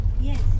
Yes